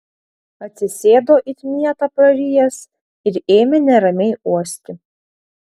atsisėdo it mietą prarijęs ir ėmė neramiai uosti